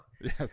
Yes